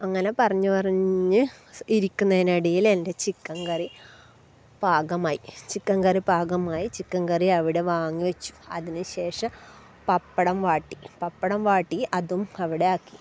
അങ്ങനെ പറഞ്ഞ് പറഞ്ഞ് ഇരിക്കുന്നതിന് ഇടയിൽ എൻ്റെ ചിക്കൻ കറി പാകമായി ചിക്കൻ കറി പാകമായി ചിക്കൻ കറി അവിടെ വാങ്ങി വച്ചു അതിന് ശേഷം പപ്പടം വാട്ടി പപ്പടം വാട്ടി അതും അവിടെ ആക്കി